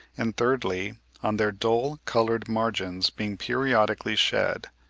and thirdly on their dull-coloured margins being periodically shed,